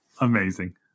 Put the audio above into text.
Amazing